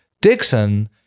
dixon